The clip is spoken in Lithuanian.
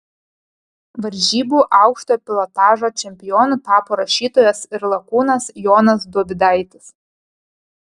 varžybų aukštojo pilotažo čempionu tapo rašytojas ir lakūnas jonas dovydaitis